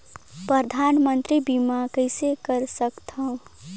परधानमंतरी बीमा कइसे कर सकथव?